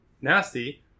nasty